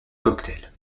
cocktail